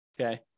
okay